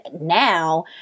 now